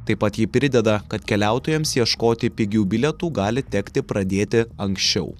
taip pat ji prideda kad keliautojams ieškoti pigių bilietų gali tekti pradėti anksčiau